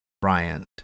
Bryant